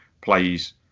plays